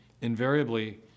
invariably